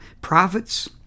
prophets